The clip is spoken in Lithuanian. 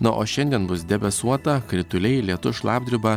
na o šiandien bus debesuota krituliai lietus šlapdriba